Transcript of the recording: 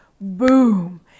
boom